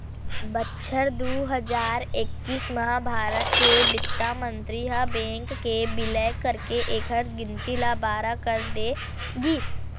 बछर दू हजार एक्कीस म भारत के बित्त मंतरी ह बेंक के बिलय करके एखर गिनती ल बारह कर दे गिस